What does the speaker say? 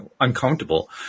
uncomfortable